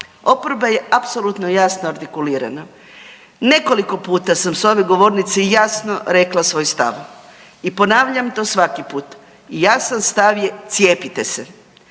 Oporba je apsolutno jasno artikulirana. Nekoliko sam puta s ove govornice jasno rekla svoj stav i ponavljam to svaki put. Jasan stav je cijepite se,